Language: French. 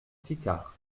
picard